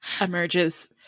emerges